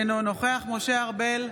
אינו נוכח משה ארבל,